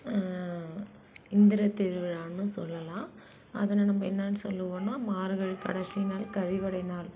இந்திர திருவிழானு சொல்லலாம் அதில் நம்ம என்னான்னு சொல்லுவோம்னா மார்கழி கடைசி நாள் கழிவடை நாள்